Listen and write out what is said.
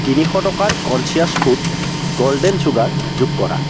তিনিশ টকাৰ conscious food golden sugar যোগ কৰা